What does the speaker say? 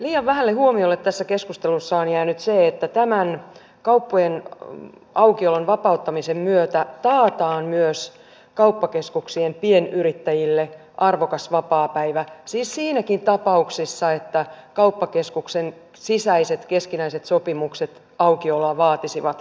liian vähälle huomiolle tässä keskustelussa on jäänyt se että tämän kauppojen aukiolon vapauttamisen myötä taataan myös kauppakeskuksien pienyrittäjille arvokas vapaapäivä siis siinäkin tapauksessa että kauppakeskuksen sisäiset keskinäiset sopimukset aukioloa vaatisivat